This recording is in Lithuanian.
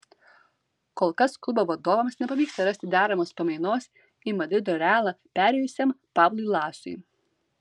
kol kas klubo vadovams nepavyksta rasti deramos pamainos į madrido realą perėjusiam pablui lasui